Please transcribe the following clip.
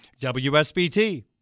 wsbt